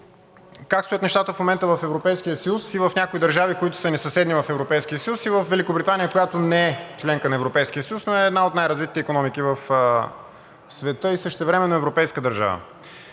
Как стоят нещата в момента в Европейския съюз и в някои държави, които са ни съседни в Европейския съюз, и във Великобритания, която не е членка на Европейския съюз, но е една от най-развитите икономики в света и същевременно европейска държава?